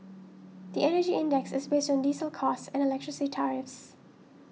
the Energy Index is based on diesel costs and electricity tariffs